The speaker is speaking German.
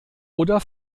oder